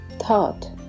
Thought